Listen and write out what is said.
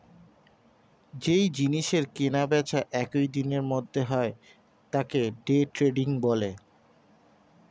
যেই জিনিসের কেনা বেচা একই দিনের মধ্যে হয় তাকে ডে ট্রেডিং বলে